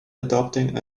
adopting